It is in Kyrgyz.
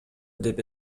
деп